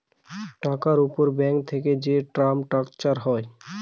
টাকার উপর ব্যাঙ্ক থেকে যে টার্ম স্ট্রাকচার হয়